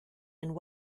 and